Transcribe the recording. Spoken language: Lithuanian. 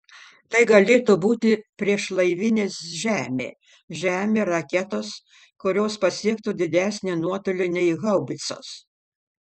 tai galėtų būti priešlaivinės žemė žemė raketos kurios pasiektų didesnį nuotolį nei haubicos